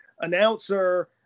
announcer